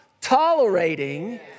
tolerating